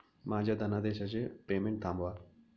माझ्या धनादेशाचे पेमेंट थांबवा